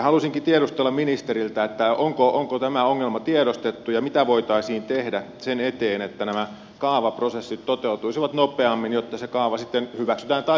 haluaisinkin tiedustella ministeriltä onko tämä ongelma tiedostettu ja mitä voitaisiin tehdä sen eteen että nämä kaavaprosessit toteutuisivat nopeammin jotta se kaava sitten hyväksytään tai hylätään